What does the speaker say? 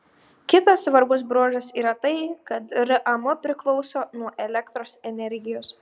kitas svarbus bruožas yra tai kad ram priklauso nuo elektros energijos